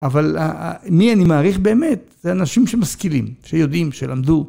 אבל מי אני מעריך באמת, זה אנשים שמשכילים, שיודעים, שלמדו.